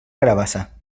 carabassa